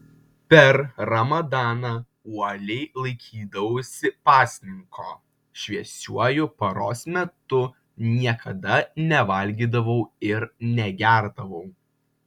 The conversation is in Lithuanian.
per ramadaną uoliai laikydavausi pasninko šviesiuoju paros metu niekada nevalgydavau ir negerdavau